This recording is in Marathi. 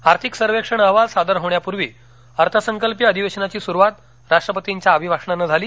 आर्थिक सर्वेक्षण अहवाल सादर होण्यापूर्वी अर्थसंकल्पीय अधिवेशनाची सुरुवात राष्ट्रपतींच्या अभिभाषणानं झाली